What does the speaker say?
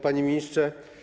Panie Ministrze!